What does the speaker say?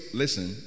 listen